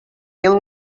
mil